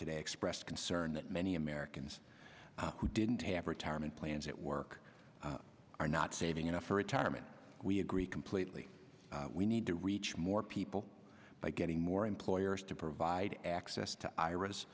today expressed concern that many americans who didn't have retirement plans at work are not saving enough for retirement we agree completely we need to reach more people by getting more employers to provide access to ir